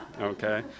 Okay